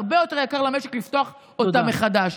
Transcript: הרבה יותר יקר למשק לפתוח אותם מחדש.